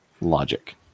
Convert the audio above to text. logic